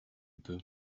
peux